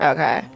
Okay